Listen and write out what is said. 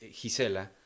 Gisela